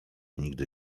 nigdy